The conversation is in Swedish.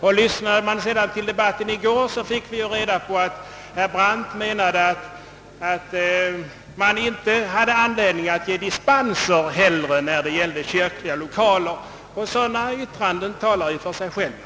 I gårdagens debatt ansåg herr Brandt att man inte har anledning ge dispens när det gäller kyrkliga lokaler. Sådana yttranden talar ju för sig själva.